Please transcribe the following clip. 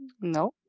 No